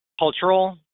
cultural